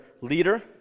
leader